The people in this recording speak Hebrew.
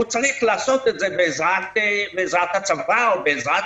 הוא צריך לעשות את זה בעזרת הצבא או בעזרת